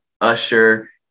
Usher